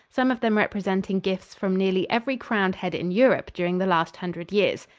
some of them representing gifts from nearly every crowned head in europe during the last hundred years.